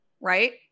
Right